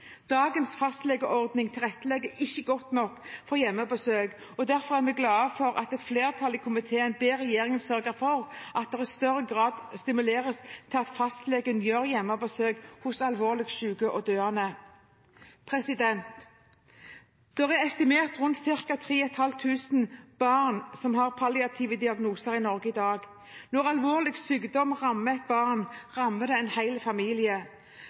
Dagens fastlegeordning tilrettelegger ikke godt nok for hjemmebesøk, og derfor er vi glad for at et flertall i komiteen ber regjeringen sørge for at det i større grad stimuleres til at fastlegen gjør hjemmebesøk hos alvorlig syke og døende. Det er estimert at rundt 3 500 barn har palliative diagnoser i Norge i dag. Når alvorlig sykdom rammer et barn, rammes en hel familie.